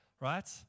right